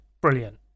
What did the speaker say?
brilliant